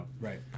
Right